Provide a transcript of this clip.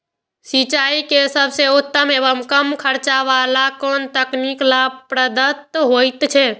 सिंचाई के सबसे उत्तम एवं कम खर्च वाला कोन तकनीक लाभप्रद होयत छै?